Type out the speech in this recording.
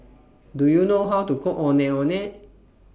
Do YOU know How to Cook Ondeh Ondeh